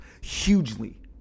hugely